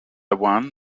one